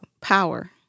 power